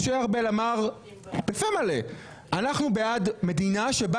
משה ארבל אמר בפה מלא שאנחנו בעד מדינה שבה